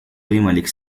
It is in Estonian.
võimalik